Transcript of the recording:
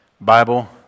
Bible